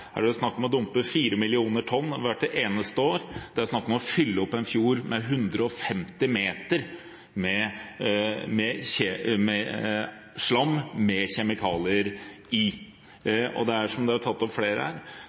Her er det snakk om å dumpe 4 mill. tonn hvert eneste år. Det er snakk om å fylle opp en fjord med 150 meter med slam med kjemikalier i. Og det er, som flere har tatt opp her,